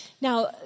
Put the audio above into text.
Now